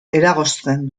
eragozten